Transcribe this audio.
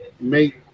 make